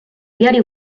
diari